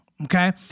Okay